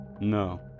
No